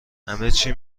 همچی